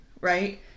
right